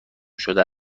شده